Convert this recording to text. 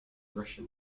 russia